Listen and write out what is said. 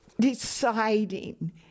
deciding